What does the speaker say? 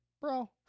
Bro